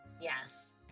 Yes